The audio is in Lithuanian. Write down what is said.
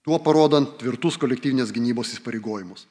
tuo parodant tvirtus kolektyvinės gynybos įsipareigojimus